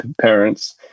parents